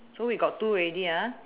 so we got two ready ah